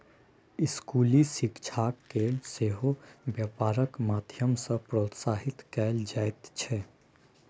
स्कूली शिक्षाकेँ सेहो बेपारक माध्यम सँ प्रोत्साहित कएल जाइत छै